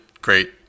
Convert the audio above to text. great